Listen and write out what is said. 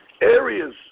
areas